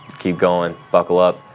keep going, buckle up,